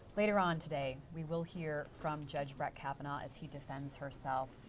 later on today. we will hear from judge brett kavanaugh as he defends himself.